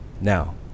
Now